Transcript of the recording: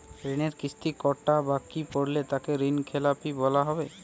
ঋণের কিস্তি কটা বাকি পড়লে তাকে ঋণখেলাপি বলা হবে?